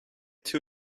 too